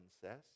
says